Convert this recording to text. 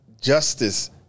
justice